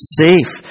safe